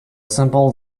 simple